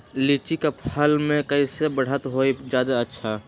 लिचि क फल म कईसे बढ़त होई जादे अच्छा?